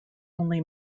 only